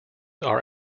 are